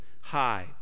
high